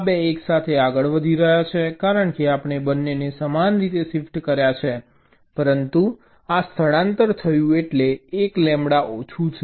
આ 2 એકસાથે આગળ વધી રહ્યા છે કારણ કે આપણે બંનેને સમાન રીતે શિફ્ટ કર્યા છે પરંતુ આ સ્થળાંતર થયું એટલે 1 લેમ્બડા ઓછું છે